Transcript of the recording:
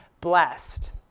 blessed